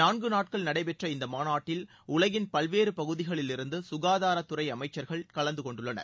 நான்கு நாட்கள் நடைபெற்ற இந்த மாநாட்டில் உலகின் பல்வேறு பகுதிகளிலிருந்து சுகாதாரத்துறை அமைச்சர்கள் இதில் கலந்துகொண்டுள்ளனர்